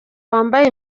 wambaye